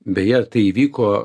beje tai įvyko